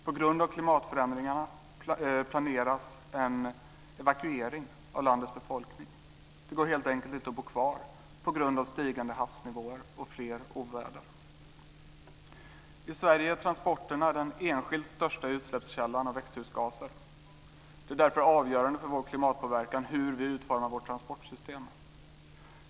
På grund av klimatförändringarna planeras en evakuering av landets befolkning. Det går helt enkelt inte att bo kvar på grund av stigande havsnivåer och fler oväder. I Sverige är transporterna den enskilt största utsläppskällan av växthusgaser. Det är därför avgörande för vår klimatpåverkan hur vi utformar vårt transportsystem.